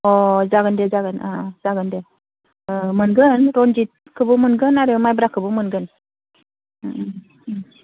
अ जागोन दे जागोन औ औ जागोन दे मोनगोन रनजितखौबो मोनगोन आरो माइब्राखौबो मोनगोन